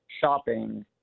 shopping